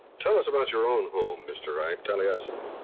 tell us about your own home, mr. wright, taliesin.